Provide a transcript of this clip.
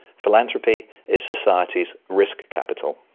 philanthropy is society's risk capital.